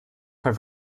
for